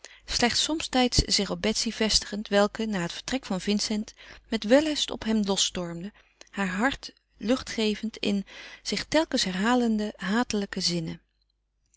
slechts somtijds zich op betsy vestigend welke na het vertrek van vincent met wellust op hem losstormde haar hart lucht gevend in zich telkens herhalende hatelijke zinnen